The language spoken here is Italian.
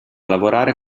lavorare